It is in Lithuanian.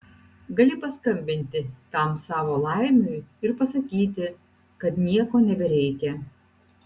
gali paskambinti tam savo laimiui ir pasakyti kad nieko nebereikia